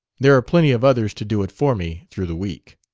there are plenty of others to do it for me through the week.